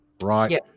Right